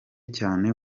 cyane